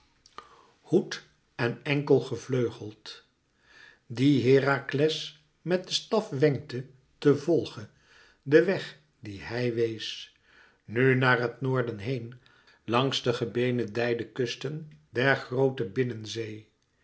hoed en enkelgevleugeld die herakles met den staf wenkte te volgen den weg dien hij wees nu naar het noorden heen langs de gebenedijde kusten der groote binnenzee